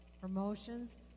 promotions